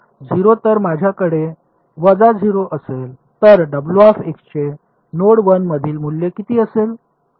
तर माझ्याकडे वजा 0 असेल तर चे नोड 1 मधील मूल्य किती असेल